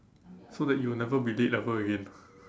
so that you will never be late ever again